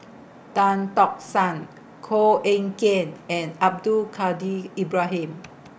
Tan Tock San Koh Eng Kian and Abdul Kadir Ibrahim